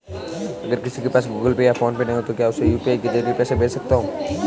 अगर किसी के पास गूगल पे या फोनपे नहीं है तो क्या मैं उसे यू.पी.आई के ज़रिए पैसे भेज सकता हूं?